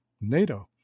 NATO